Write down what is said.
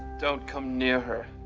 don't come near her.